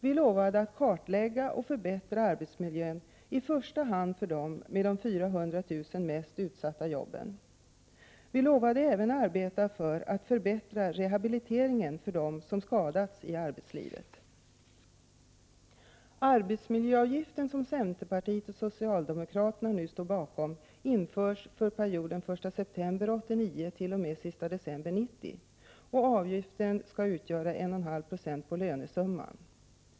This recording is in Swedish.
Vi lovade att kartlägga och förbättra arbetsmiljön i första hand för dem med de 400 000 mest utsatta jobben. Vi lovade även att arbeta för att förbättra rehabiliteringen för dem som skadats i arbetslivet. Arbetsmiljöavgiften, som centerpartiet och socialdemokraterna nu står bakom, införs för perioden 1 september 1989-31 december 1990, och avgiften skall utgöra 1,5 96 på lönesumman.